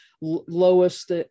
lowest